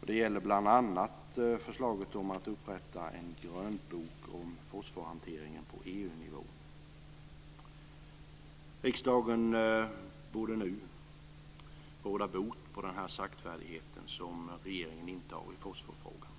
Detta gäller bl.a. förslaget att upprätta en grönbok om fosforhanteringen på EU-nivå. Riksdagen borde nu råda bot på den saktfärdighet som regeringen intar i fosforfrågan.